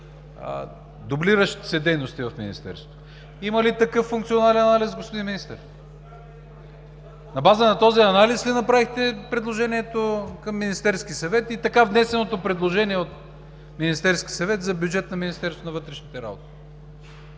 дублиращите се дейности в Министерството. Има ли такъв функционален анализ, господин Министър? На база на този анализ ли направихте предложението към Министерския съвет и така внесеното предложение от Министерския съвет за бюджет на Министерството на вътрешните работи?